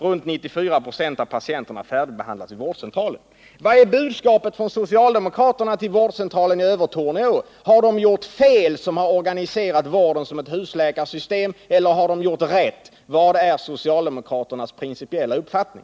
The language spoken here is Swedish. Runt 94 procent av patienterna färdigbehandlas vid vårdcentralen.” Vilket är budskapet från socialdemokraterna till vårdcentralen i Övertorneå? Har de gjort fel som organiserat vården som ett husläkarsystem eller har de gjort rätt? Vilken är socialdemokraternas principiella uppfattning?